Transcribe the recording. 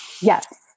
Yes